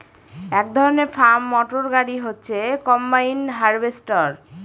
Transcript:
এক ধরনের farm motor গাড়ি হচ্ছে কম্বাইন হার্ভেস্টর